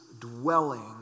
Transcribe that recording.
dwelling